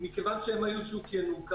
מכיוון שהם היו שוק ---,